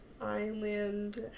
Island